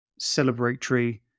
celebratory